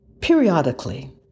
Periodically